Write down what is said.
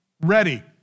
ready